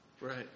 Right